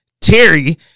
Terry